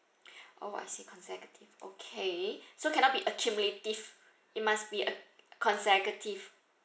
oh I see consecutive okay so cannot be accumulative it must be uh consecutive